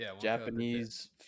Japanese